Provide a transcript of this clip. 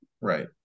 right